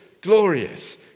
glorious